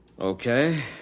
Okay